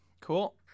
Cool